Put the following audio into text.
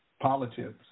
Politics